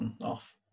off